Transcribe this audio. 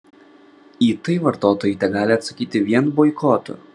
į tai vartotojai tegali atsakyti vien boikotu